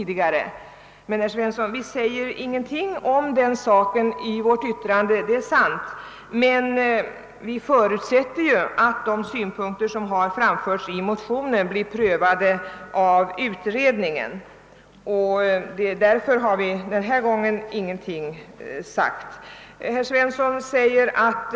Det är sant att vi i vårt yttrande inte säger någonting om denna sak, men vi förutsätter att de synpunkter som har anförts i motionen blir prövade av utredningen. Därför har vi den här gången inte sagt någonting om den saken.